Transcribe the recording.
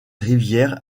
rivières